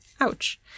Ouch